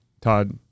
Todd